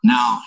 Now